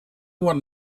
what